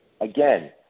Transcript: Again